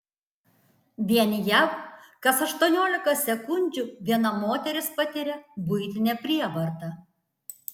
vien jav kas aštuoniolika sekundžių viena moteris patiria buitinę prievartą